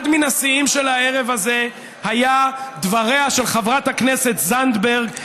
אחד מן השיאים של הערב הזה היה דבריה של חברת הכנסת זנדברג,